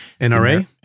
NRA